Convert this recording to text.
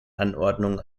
anordnungen